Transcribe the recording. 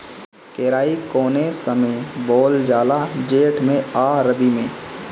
केराई कौने समय बोअल जाला जेठ मैं आ रबी में?